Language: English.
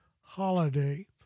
holiday